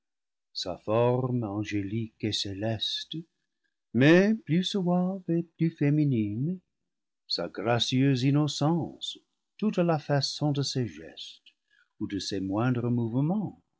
sa forme angélique et céleste mais plus suave et plus féminine sa gracieuse innocence toute la façon de ses gestes ou de ses moindres mouvements